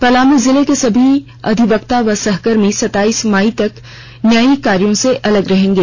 पलामू जिले के सभी अधिवक्ता व सहकर्मी सताईस मई तक न्यायिक कार्यों से अलग रहेंगे